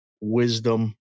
wisdom